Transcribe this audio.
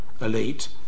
elite